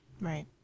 Right